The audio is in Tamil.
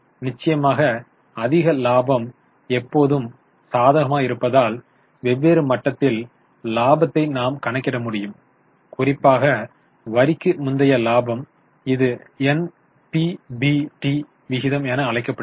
நிச்சயமாக அதிக லாபம் எப்போதும் சாதகமாக இருப்பதால் வெவ்வேறு மட்டத்தில் இலாபத்தை நாம் கணக்கிட முடியும் குறிப்பாக வரிக்கு முந்தைய லாபம் இது NPBT விகிதம் என அழைக்கப்படுகிறது